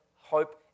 hope